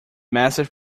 massive